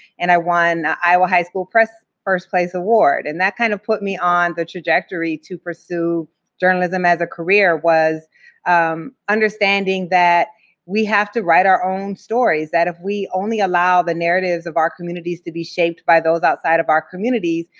and i won iowa high school press first place award. and that kind of put me on the trajectory to pursue journalism as a career, was understanding that we have to write our own stories. that if we only allow the narratives of our communities to be shaped by those outside of our communities,